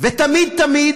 ותמיד תמיד